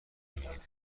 میبینند